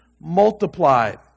multiplied